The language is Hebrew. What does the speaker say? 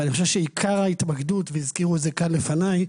ואני חושב, כמו שהזכירו כאן לפני,